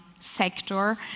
sector